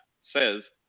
says